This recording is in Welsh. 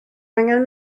angen